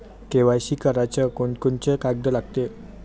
KYC कराच कोनचे कोनचे कागद लागते?